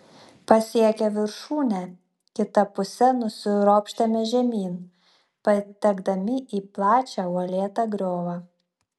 pasiekę viršūnę kita puse nusiropštėme žemyn patekdami į plačią uolėtą griovą